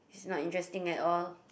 not interesting at all